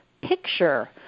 picture